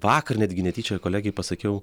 vakar netgi netyčia kolegei pasakiau